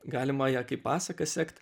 galima ją kaip pasaką sekt